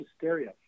hysteria